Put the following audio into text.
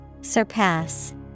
Surpass